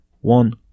one